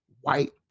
white